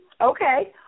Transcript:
Okay